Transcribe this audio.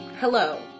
Hello